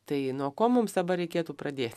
tai nuo ko mums dabar reikėtų pradėt